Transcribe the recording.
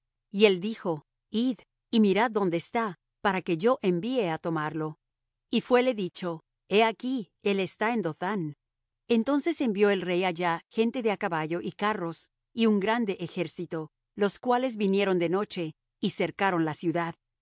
y él dijo id y mirad dónde está para que yo envíe á tomarlo y fuéle dicho he aquí él está en dothán entonces envió el rey allá gente de á caballo y carros y un grande ejército los cuales vinieron de noche y cercaron la ciudad